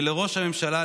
ולראש הממשלה,